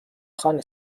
خانه